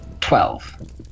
Twelve